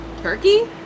turkey